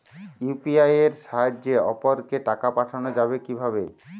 UPI এর সাহায্যে অপরকে টাকা পাঠানো যাবে কিভাবে?